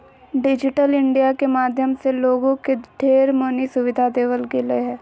digital India के माध्यम से लोगों के ढेर मनी सुविधा देवल गेलय ह